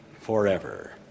forever